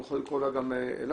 יכול לקרוא לה אלסטית,